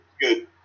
Good